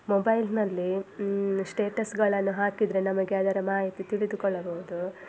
ಮೊಬೈಲ್ನಲ್ಲಿ ಸ್ಟೇಟಸ್ಗಳನ್ನು ಹಾಕಿದರೆ ನಮಗೆ ಅದರ ಮಾಹಿತಿ ತಿಳಿದುಕೊಳ್ಳಬಹುದು